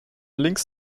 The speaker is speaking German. links